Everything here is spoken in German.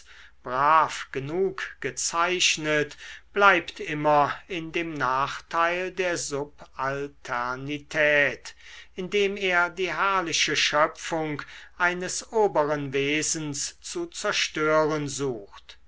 brav genug gezeichnet bleibt immer in dem nachteil der subalternität indem er die herrliche schöpfung eines oberen wesens zu zerstören sucht